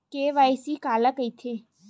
KYC काला कइथे?